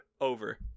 over